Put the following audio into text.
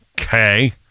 okay